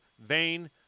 vain